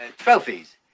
Trophies